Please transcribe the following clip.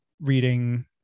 reading